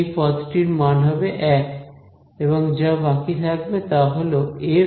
সেই পদ টির মান হবে 1 এবং যা বাকি থাকবে তা হল f